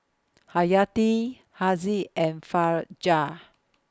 Hayati Haziq and Fajar